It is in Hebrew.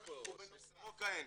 בסורוקה אין.